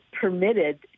permitted